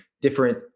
different